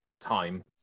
time